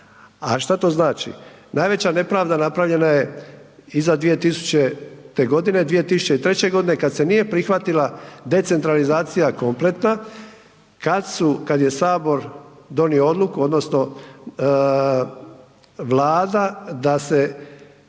a šta to znači? Najveća nepravda napravljena je iza 2000. godine, 2003. godine kada se nije prihvatila decentralizacija kompletna kada je Sabor donio odluku odnosno Vlada da se